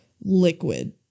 liquid